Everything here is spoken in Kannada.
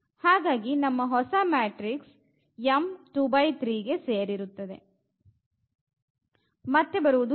ಹಾಗಾಗಿ ನಮ್ಮ ಹೊಸ ಮ್ಯಾಟ್ರಿಕ್ಸ್ ಗೆ ಸೇರಿರುತ್ತದೆ